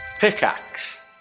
Pickaxe